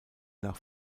nach